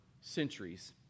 centuries